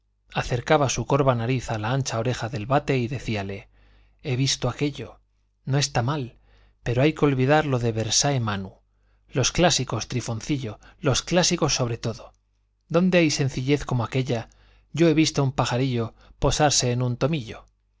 acercaba su corva nariz a la ancha oreja del vate y decíale he visto aquello no está mal pero no hay que olvidar lo de versate manu los clásicos trifoncillo los clásicos sobre todo dónde hay sencillez como aquella yo he visto un pajarillo posarse en un tomillo